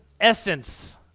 essence